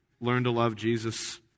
learn-to-love-Jesus